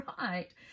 right